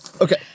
Okay